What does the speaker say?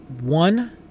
One